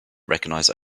recognize